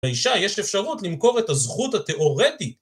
לאישה יש אפשרות למכור את הזכות התיאורטית.